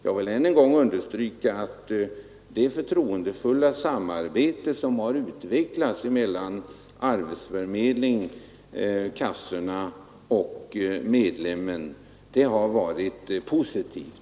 Jag vill än en gång understryka att det förtroendefulla samarbete som har utvecklats mellan arbetsförmedlingen, kassorna och medlemmarna har varit positivt.